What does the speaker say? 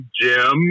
Jim